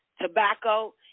tobacco